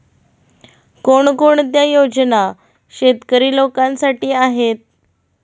कोणकोणत्या योजना शेतकरी लोकांसाठी आहेत?